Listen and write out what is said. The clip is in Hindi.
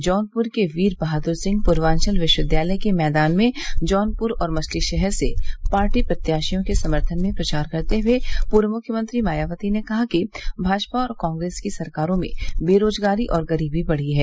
जौनपुर के वीर बहादुर सिंह पूर्वांचल विश्वविद्यालय के मैदान में जौनपुर और मछलीशहर से पार्टी प्रत्याशियों के समर्थन में प्रचार करते हुए पूर्व मुख्यमंत्री मायावती ने कहा कि भाजपा और कांग्रेस की सरकारों में बेरोजगारी और गरीबी बढ़ी है